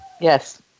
yes